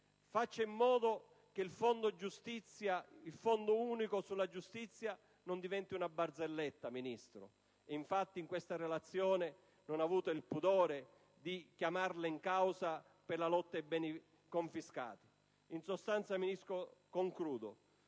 Faccia in modo che il Fondo unico sulla giustizia non diventi una barzelletta, Ministro. Infatti in questa relazione non ha avuto il pudore di chiamarlo in causa per la questione dei beni confiscati. In sostanza, Ministro, volti